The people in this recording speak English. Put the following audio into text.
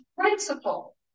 principle